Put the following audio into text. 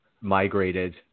migrated